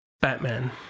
Batman